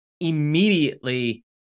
immediately